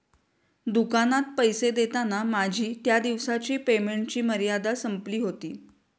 दुकानात पैसे देताना माझी त्या दिवसाची पेमेंटची मर्यादा संपली होती